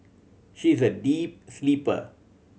she is a deep sleeper